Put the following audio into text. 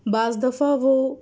بعض دفعہ وہ